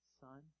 Son